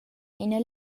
ina